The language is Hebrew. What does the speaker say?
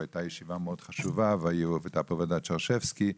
הייתה ישיבה מאוד חשובה והייתה פה ועדת שרשבסקי.